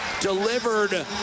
delivered